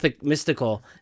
mystical